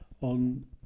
on